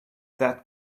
that